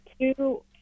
two